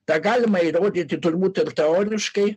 tą galima įrodyti turbūt ir teoriškai